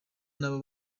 nabo